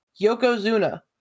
Yokozuna